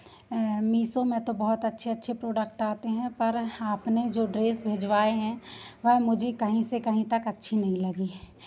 मीशो में तो बहुत अच्छे अच्छे प्रोडक्ट आते हैं पर आपने जो ड्रेस भेजवाए हैं वह मुझे कहीं से कहीं तक अच्छी नहीं लगी